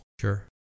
Sure